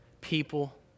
people